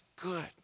good